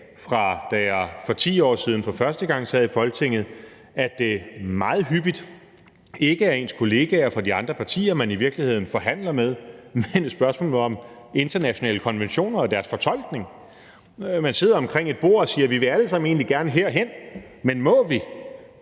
fra da jeg for 10 år siden for første gang sad i Folketinget, at det meget hyppigt ikke er ens kollegaer fra de andre partier, man i virkeligheden forhandler med, men et spørgsmål om internationale konventioner og deres fortolkning. Man sidder omkring et bord og siger: Vi vil egentlig alle sammen gerne herhen, men må vi?